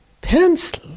pencil